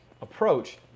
approach